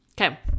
Okay